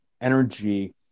energy